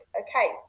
okay